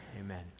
Amen